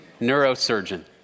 neurosurgeon